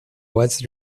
was